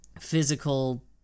physical